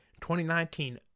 2019